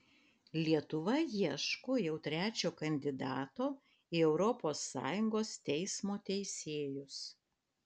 lietuva ieško jau trečio kandidato į europos sąjungos teismo teisėjus